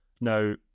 Now